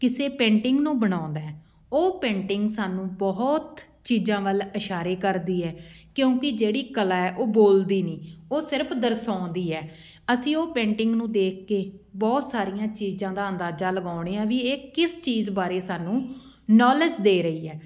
ਕਿਸੇ ਪੇਂਟਿੰਗ ਨੂੰ ਬਣਾਉਂਦਾ ਉਹ ਪੇਂਟਿੰਗ ਸਾਨੂੰ ਬਹੁਤ ਚੀਜ਼ਾਂ ਵੱਲ ਇਸ਼ਾਰੇ ਕਰਦੀ ਹੈ ਕਿਉਂਕਿ ਜਿਹੜੀ ਕਲਾ ਹੈ ਉਹ ਬੋਲਦੀ ਨਹੀਂ ਉਹ ਸਿਰਫ਼ ਦਰਸਾਉਂਦੀ ਹੈ ਅਸੀਂ ਉਹ ਪੇਂਟਿੰਗ ਨੂੰ ਦੇਖ ਕੇ ਬਹੁਤ ਸਾਰੀਆਂ ਚੀਜ਼ਾਂ ਦਾ ਅੰਦਾਜ਼ਾ ਲਗਾਉਂਦੇ ਹਾਂ ਵੀ ਇਹ ਕਿਸ ਚੀਜ਼ ਬਾਰੇ ਸਾਨੂੰ ਨੋਲੇਜ ਦੇ ਰਹੀ ਹੈ